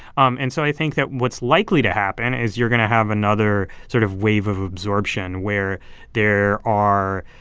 um and so i think that what's likely to happen is you're going to have another sort of wave of absorption where there are